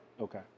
Okay